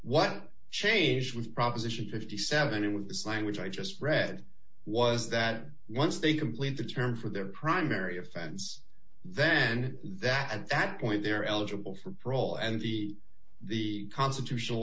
what changed with proposition fifty seven with this language i just read was that once they complete the term for their primary offense then that at that point they're eligible for parole and the the constitutional